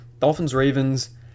Dolphins-Ravens